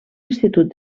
institut